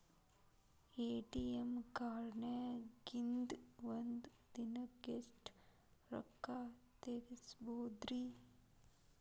ATM ಕಾರ್ಡ್ನ್ಯಾಗಿನ್ದ್ ಒಂದ್ ದಿನಕ್ಕ್ ಎಷ್ಟ ರೊಕ್ಕಾ ತೆಗಸ್ಬೋದ್ರಿ?